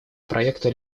проекта